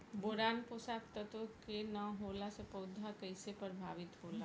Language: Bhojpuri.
बोरान पोषक तत्व के न होला से पौधा कईसे प्रभावित होला?